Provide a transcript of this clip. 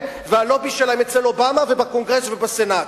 והלובי שלהם אצל אובמה ובקונגרס ובסנאט,